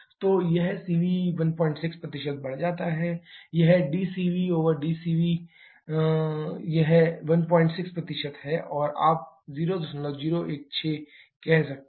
तो यह cv 16 बढ़ जाता है यह dcv cv है यह 16 है या आप 0016 कह सकते हैं